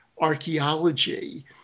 archaeology